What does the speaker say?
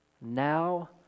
Now